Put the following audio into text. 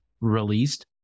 released